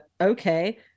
okay